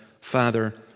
father